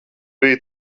bija